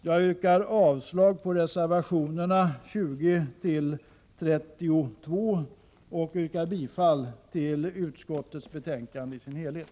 Jag yrkar avslag på reservationerna 20-32 och bifall till hemställan i utskottets betänkande i dess helhet.